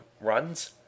runs